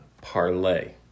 parlay